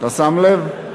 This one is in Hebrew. אתה שם לב?